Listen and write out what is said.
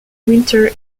winter